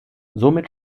somit